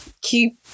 keep